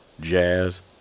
Jazz